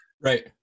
Right